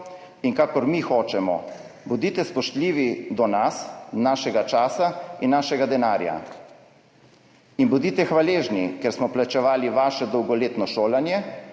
in kakor mi hočemo, bodite spoštljivi do nas, našega časa in našega denarja. In bodite hvaležni, ker smo plačevali vaše dolgoletno šolanje,